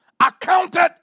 accounted